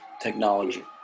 technology